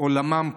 עולמם פה.